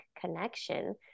connection